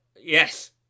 Yes